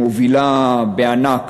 מובילה בענק